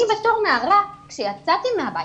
אני בתור נערה כשיצאתי מהבית,